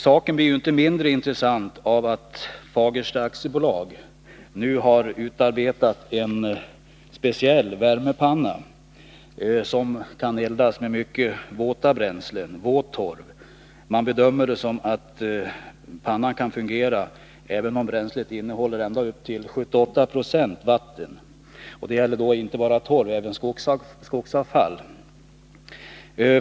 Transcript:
Saken blir inte mindre intressant av att Fagersta AB nu har utarbetat en speciell värmepanna som kan eldas med mycket våta bränslen, t.ex. våt torv. Man bedömer att pannan kan fungera även om bränslet innehåller ända upp till 78 96 vatten. Det gäller då inte bara torv, utan även skogsavfall.